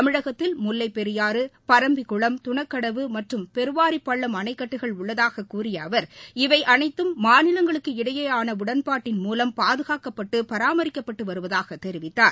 தமிழகத்தில் முல்லைப்பெரியாறு பரம்பிக்குளம் துணக்கடவு மற்றும் பெருவாரிப்பள்ளம் அணைக்கட்டுகள் உள்ளதாகக் கூறிய அவர் இவை அனைத்தும் மாநிலங்களுக்கு இடையேயான உடன்பாட்டின் மூலம் பாதுகாக்கப்பட்டு பராமரிக்கப்பட்டு வருவதாகத் தெரிவித்தார்